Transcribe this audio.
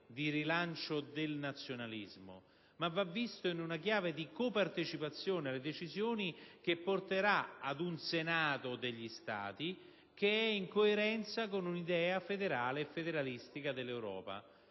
di rilancio del nazionalismo ma in chiave di copartecipazione alle decisioni. Ciò condurrà ad un Senato degli Stati, che è in coerenza con un'idea federale e federalistica dell'Europa.